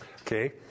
Okay